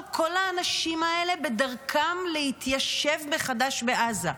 כל האנשים האלה בדרכם להתיישב מחדש בעזה.